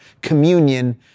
communion